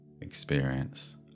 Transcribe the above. experience